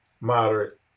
Moderate